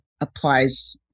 applies